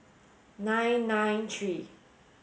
nine nine three